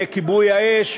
לכיבוי האש,